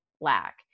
lack